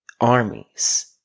armies